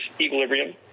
equilibrium